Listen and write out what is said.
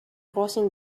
crossing